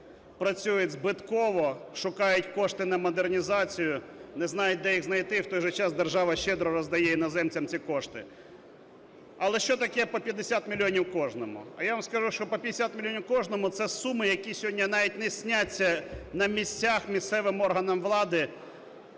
працюють збитково, шукають кошти на модернізацію, не знають, де їх знайти. В той же час держава щедро роздає іноземцям ці кошти. Але що таке по 50 мільйонів кожному? А я вам скажу, що по 50 мільйонів кожному – це суми, які сьогодні навіть не сняться на місцях місцевим органам влади